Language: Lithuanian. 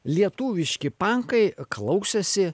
lietuviški pankai klausėsi